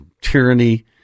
tyranny